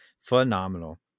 Phenomenal